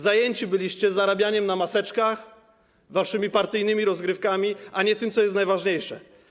Zajęci byliście zarabianiem na maseczkach, waszymi partyjnymi rozgrywkami, a nie tym, co jest najważniejsze.